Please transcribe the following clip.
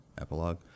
Epilogue